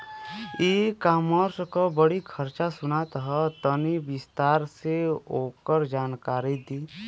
ई कॉमर्स क बड़ी चर्चा सुनात ह तनि विस्तार से ओकर जानकारी दी?